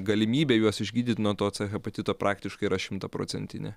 galimybė juos išgydyt nuo to hepatito praktiškai yra šimtaprocentinė